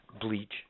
bleach